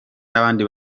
n’abandi